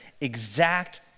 exact